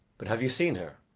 but have you seen her,